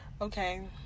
okay